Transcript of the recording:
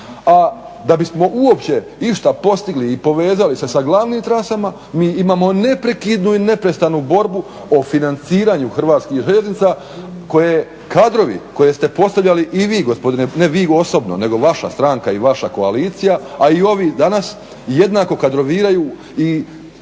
a da bismo uopće išta postigli i povezali se sa glavnim trasama, mi imamo neprekidnu i neprestanu borbu o financiranju Hrvatskih željeznica koje, kadrovi koje ste postavljali i vi gospodine, ne vi osobno, nego vaša stranka i vaša koalicija, a i ovi danas jednako kadroviraju i